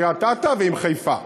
כמו שהוא מתואם עם קריית-אתא ועם חיפה.